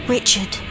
Richard